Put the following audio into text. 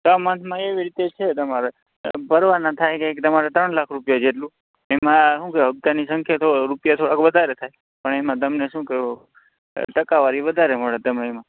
છ મંથમાં એવી રીતે છે તમારે ભરવાના થાય કંઈક તમારે ત્રણ લાખ જેટલું એમાં હું કે હપ્તાની સંખ્યા તો રૂપિયા થોડાક વધારે થાય પણ એમાં તમને શું કે ટકાવારી વધારે મળે એમાં